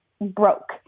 broke